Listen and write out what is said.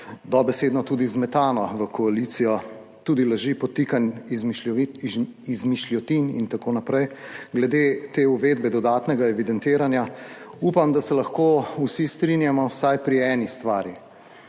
dobesedno tudi zmetano v koalicijo, tudi laži, podtikanja, izmišljotine in tako naprej glede te uvedbe dodatnega evidentiranja, upam, da se lahko vsi strinjamo vsaj pri eni stvari,